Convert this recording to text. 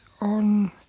on